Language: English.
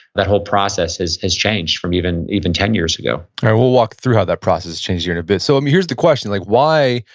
that whole process has has changed from even even ten years ago we'll walk through how that process has changed here in a bit. so um here's the question, like why,